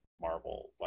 Marvel